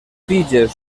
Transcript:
tiges